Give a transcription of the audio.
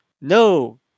No